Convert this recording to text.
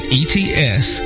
ets